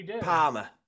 Palmer